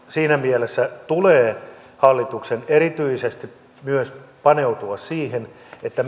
siinä mielessä tulee hallituksen erityisesti myös paneutua siihen että